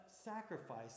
Sacrifice